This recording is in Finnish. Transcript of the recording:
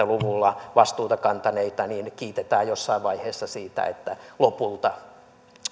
luvulla vastuuta kantaneita kiitetään jossain vaiheessa siitä että lopulta